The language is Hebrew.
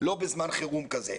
לא בזמן חירום כזה.